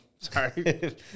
sorry